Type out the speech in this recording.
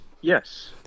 yes